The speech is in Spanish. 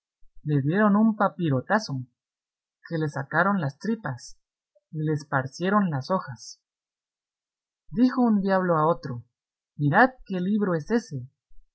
le dieron un papirotazo que le sacaron las tripas y le esparcieron las hojas dijo un diablo a otro mirad qué libro es ése